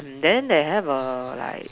then they have a like